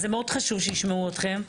אז זה מאוד חשוב שישמעו אתכם.